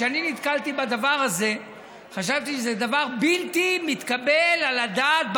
כשאני נתקלתי בדבר הזה חשבתי שזה דבר בלתי מתקבל על הדעת בעליל.